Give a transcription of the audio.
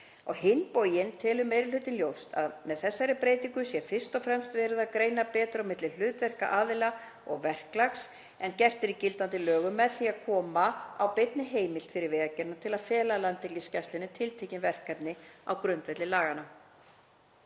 Á hinn bóginn telur meiri hlutinn ljóst að með þessari breytingu sé fyrst og fremst verið að greina betur á milli hlutverka aðila og verklags en gert er í gildandi lögum með því að koma á beinni heimild fyrir Vegagerðina til að fela Landhelgisgæslunni tiltekin verkefni á grundvelli laganna.